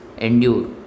endure